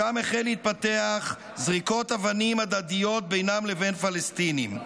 שם החלו להתפתח זריקות אבנים הדדיות בינם לבין הפלסטינים.